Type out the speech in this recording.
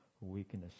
weakness